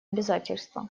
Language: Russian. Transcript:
обязательства